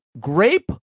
grape